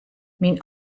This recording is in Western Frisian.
myn